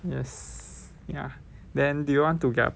ya then do you want to get a pet